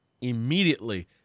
Immediately